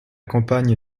campagne